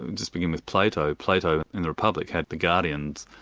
and just beginning with plato, plato in the republic had the guardians,